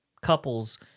couples